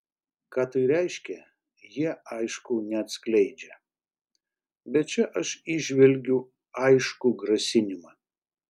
ką tai reiškia jie aišku neatskleidžia bet čia aš įžvelgiu aiškų grasinimą